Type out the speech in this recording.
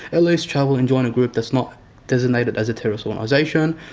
at least travel and join a group that's not designated as a terrorist organisation,